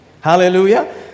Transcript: Hallelujah